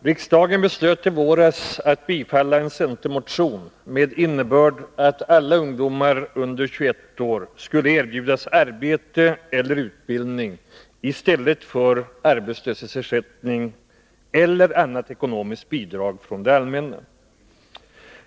Riksdagen beslöt i våras att bifalla en centermotion med innebörd att alla ungdomar under 21 år skulle erbjudas arbete eller utbildning i stället för arbetslöshetsersättning eller annat ekonomiskt bidrag från det allmänna.